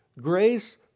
Grace